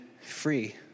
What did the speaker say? free